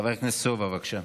חבר הכנסת סובה, בבקשה.